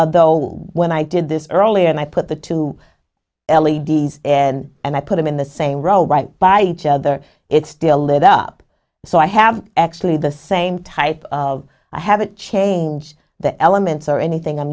of though when i did this earlier and i put the two l e d s in and i put them in the same row right by each other it's still lit up so i have actually the same type of i haven't changed the elements or anything i'm